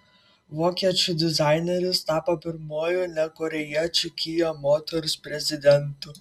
vokiečių dizaineris tapo pirmuoju ne korėjiečiu kia motors prezidentu